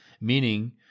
Meaning